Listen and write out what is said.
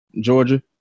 Georgia